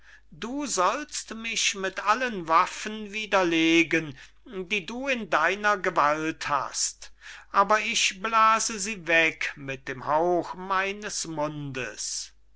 du sollst mich mit allen waffen widerlegen die du in deiner gewalt hast aber ich blase sie weg mit dem hauch meines mundes